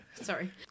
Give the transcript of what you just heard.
Sorry